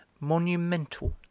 monumental